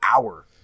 hour